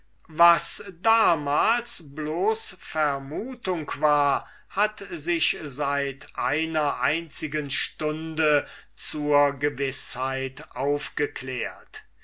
was damals bloß vermutung war hat sich seit einer einzigen stunde zur gewißheit aufgeklärt